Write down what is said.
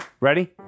Ready